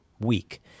weak